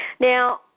Now